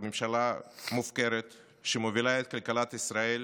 היא ממשלה מופקרת שמובילה את כלכלת ישראל